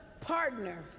partner